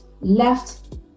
left